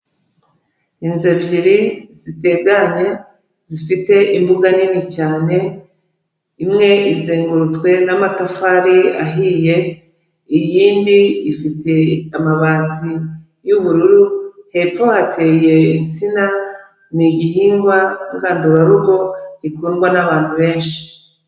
Inzu ebyiri ziteganye zifite imbuga nini cyane, imwe izengurutswe n'amatafari ahiye, iyindi ifite amabati y'ubururu, hepfo hateye insina, ni igihingwa ngandurarugo gikundwa n'abantu benshi.